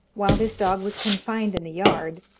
while this dog was confined in the yard,